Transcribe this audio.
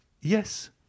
Yes